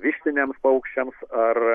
vištiniams paukščiams ar